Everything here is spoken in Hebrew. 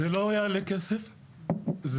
הם